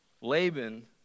Laban